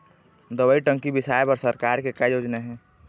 दवई टंकी बिसाए बर सरकार के का योजना हे?